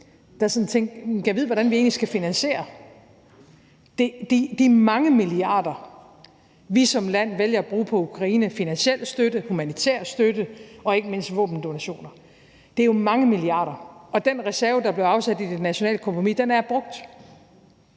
tænkte: Hm, gad vide, hvordan vi egentlig skal finansiere de mange milliarder, vi som land vælger at bruge på Ukraine i finansiel støtte, humanitær støtte og ikke mindst til våbendonationer. Det er jo mange milliarder, og den reserve, der blev afsat i det nationale kompromis, er brugt.